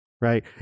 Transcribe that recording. right